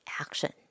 action